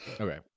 Okay